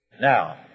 Now